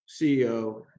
CEO